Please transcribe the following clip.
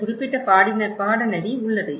இந்த குறிப்பிட்ட பாடநெறி உள்ளது